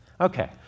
Okay